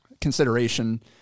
consideration